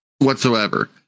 whatsoever